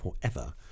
forever